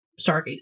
Stargate